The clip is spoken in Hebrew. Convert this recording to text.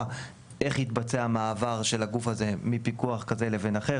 איך יתבצע המעבר של הגוף הזה מפיקוח כזה לאחר.